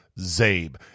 zabe